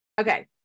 Okay